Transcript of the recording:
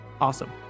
Awesome